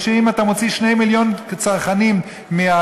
כי אם אתה מוציא 2 מיליון צרכנים מהמשוואה,